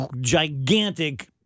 gigantic